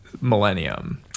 millennium